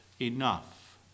enough